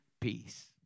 peace